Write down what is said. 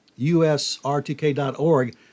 usrtk.org